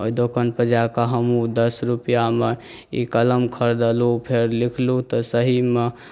ओहि दोकानपर जाकए हमहुॅं दस रुपआमे ई कलम खरिदलहुॅं फेर लिखलहुॅं तऽ सहीमे